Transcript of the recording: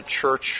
church